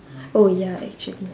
oh ya actually